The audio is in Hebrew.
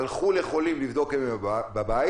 הלכו לחולים לבדוק אם הם בבית